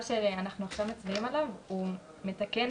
שנדון כעת מתקן